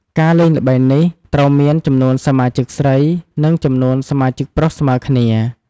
ការលេងល្បែងនេះត្រូវមាន ចំនួនសមាជិកស្រី និងចំនួនសមាជិកប្រុសស្មើគ្នា។